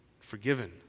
forgiven